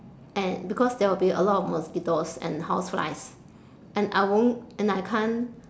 and because there will be a lot of mosquitoes and houseflies and I won't and I can't